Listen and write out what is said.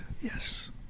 Yes